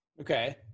okay